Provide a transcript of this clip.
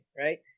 Right